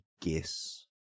guess